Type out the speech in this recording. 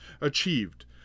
achieved